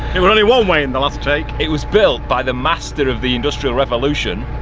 it was only one way in the last take. it was built by the master of the industrial revolution,